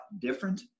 different